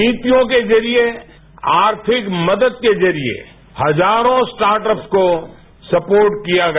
नीतियों के जरिये आर्थिक मदद के जरिये हजारों स्टार्टअप्स को सपोर्ट किया गया